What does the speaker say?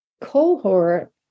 cohort